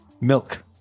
Milk